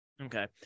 Okay